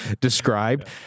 described